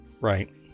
right